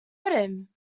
him